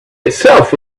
itself